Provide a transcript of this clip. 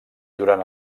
durant